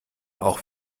auch